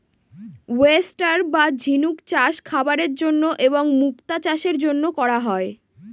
oyster বা ঝিনুক চাষ খাবারের জন্য এবং মুক্তো চাষের জন্য করা হয়